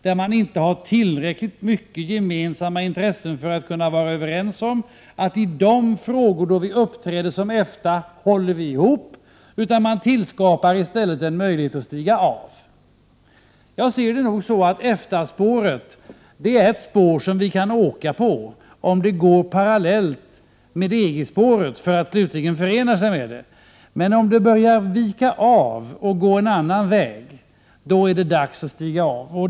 Man har inte tillräckligt mycket av gemensamma intressen för att kunna vara överens om att hålla ihop i de frågor där man uppträder som EFTA, utan i stället har man tillskapat en möjlighet att stiga av. Jag ser det nog så att EFTA-spåret är ett spår som vi kan åka på, om det går parallellt med EG-spåret för att slutligen förena sig med det. Men om det börjar vika av och gå en annan väg, då är det dags att stiga av.